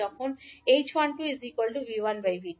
যখন 𝐡12 𝐕1V2